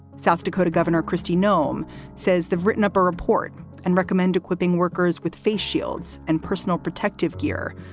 south dakota governor christie nome says they've written up a report and recommend equipping workers with face shields and personal protective gear.